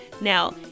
Now